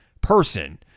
person